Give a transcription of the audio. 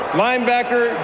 linebacker